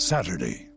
Saturday